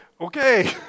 Okay